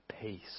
peace